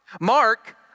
Mark